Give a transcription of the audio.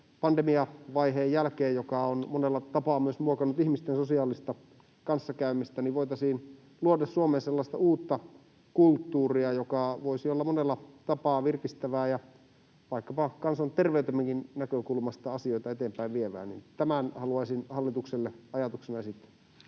pandemiavaiheen jälkeen, joka on monella tapaa myös muokannut ihmisten sosiaalista kanssakäymistä, voitaisiin luoda Suomeen sellaista uutta kulttuuria, joka voisi olla monella tapaa virkistävää ja vaikkapa kansanterveytemmekin näkökulmasta asioita eteenpäin vievää. Tämän haluaisin hallitukselle ajatuksena esittää.